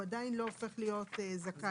הוא עדיין לא הופך להיות זכאי.